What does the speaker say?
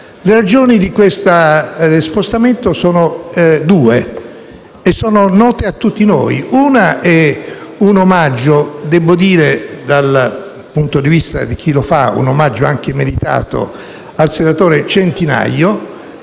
Le ragioni di questo spostamento sono due e sono note a tutti noi. C'è innanzitutto l'omaggio - debbo dire, dal punto di vista di chi lo fa, anche meritato - al senatore Centinaio,